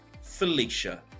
Felicia